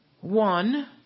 one